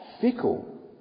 fickle